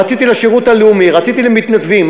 רציתי שירות הלאומי, רציתי מתנדבים.